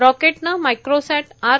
रॉकेटनं Microsat R